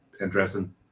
interesting